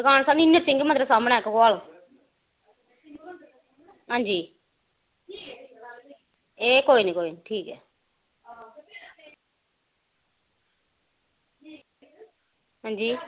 दुकान साढ़ी नरसिंह मंदरै सामनैं धगवाल हां जी ए कई नी कोई नी ठीक ऐ हां जी